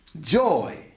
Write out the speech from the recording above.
joy